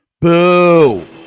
Boo